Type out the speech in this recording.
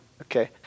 okay